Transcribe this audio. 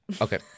Okay